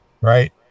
Right